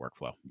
workflow